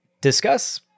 discuss